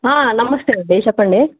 నమస్తే అండీ చెప్పండీ